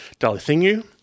Dalithingu